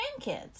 grandkids